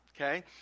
Okay